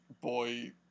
boy